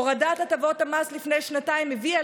הורדת הטבות המס לפני שנתיים הביאה